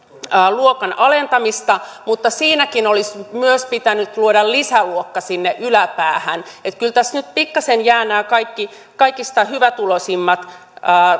luokan alentamista mutta siinäkin olisi myös pitänyt luoda lisäluokka sinne yläpäähän että kyllä tästä nyt pikkaisen jäävät nämä kaikista hyvätuloisimmat